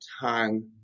time